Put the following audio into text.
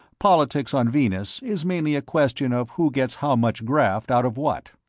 politics, on venus, is mainly a question of who gets how much graft out of what.